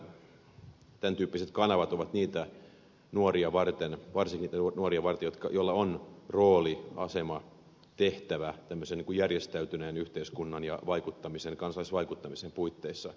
nuorisovaltuustot nämä tämän tyyppiset kanavat ovat varsinkin niitä nuoria varten joilla on rooli asema tehtävä tämmöisen järjestäytyneen yhteiskunnan ja kansalaisvaikuttamisen puitteissa